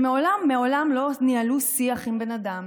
שמעולם מעולם לא ניהלו שיח עם בן אדם